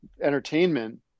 entertainment